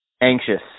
anxious